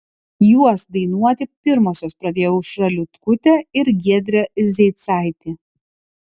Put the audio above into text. juos dainuoti pirmosios pradėjo aušra liutkutė ir giedrė zeicaitė